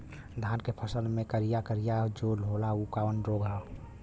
धान के फसल मे करिया करिया जो होला ऊ कवन रोग ह?